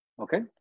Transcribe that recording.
Okay